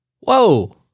Whoa